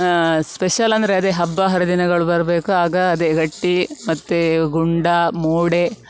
special ಅಂದರೆ ಅದೇ ಹಬ್ಬ ಹರಿದಿನಗಳು ಬರಬೇಕು ಆಗ ಅದೇ ಗಟ್ಟಿ ಮತ್ತು ಗುಂಡ ಮೂಡೆ